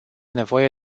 nevoie